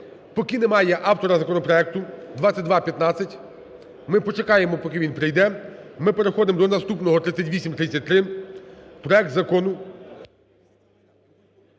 поки немає автора законопроекту 2215, ми почекаємо, поки він прийде, ми переходимо до наступного 3833. Проект Закону